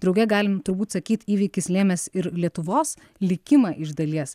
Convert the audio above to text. drauge galim turbūt sakyt įvykis lėmęs ir lietuvos likimą iš dalies